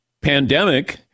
pandemic